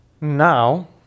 Now